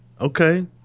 Okay